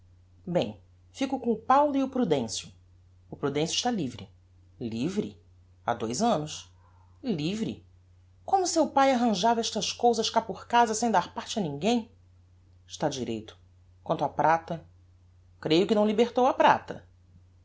bem fico com o paulo e o prudencio o prudencio está livre livre ha dois annos livre como seu pae arranjava estas cousas cá por casa sem dar parte a ninguem está direito quanto á prata creio que não libertou a prata